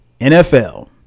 NFL